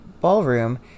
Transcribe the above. ballroom